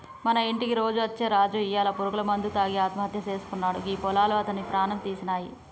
మన ఇంటికి రోజు అచ్చే రాజు ఇయ్యాల పురుగుల మందు తాగి ఆత్మహత్య సేసుకున్నాడు గీ పొలాలు అతని ప్రాణం తీసినాయి